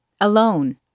alone